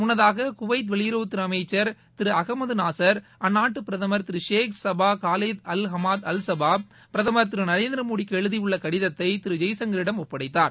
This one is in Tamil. முன்னதாக குவைத் வெளியுறவுத்துறை அமைச்சர் திரு அகமது நாசர் அந்நாட்டு பிரதமர் திரு Sheikh Sabah Khaled Al Hamad Al Sabah பிரதமர் திரு நரேந்திர மோடிக்கு எழுதியுள்ள கடிதத்தை திரு ஜெய்சங்கரிடம் ஒப்படைத்தார்